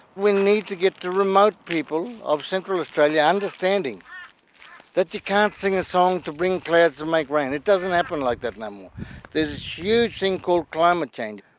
we need to get the remote people of central australia understanding that you can't sing a song to bring clouds to make rain. it doesn't happen like that no more. there's this huge thing called climate change.